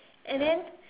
and then